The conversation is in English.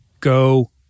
Go